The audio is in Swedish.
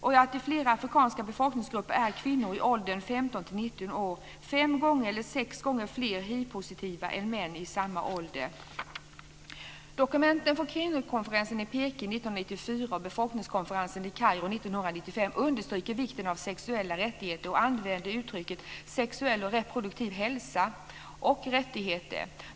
I flera afrikanska befolkningsgrupper är kvinnor i åldern 15-19 år fem eller sex gånger fler hivpositiva än män i samma ålder. 1994 och befolkningskonferensen i Kairo 1995 understryker vikten av sexuella rättigheter och använder uttrycket "Sexuell och reproduktiv hälsa och rättigheter".